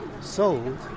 Sold